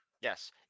Yes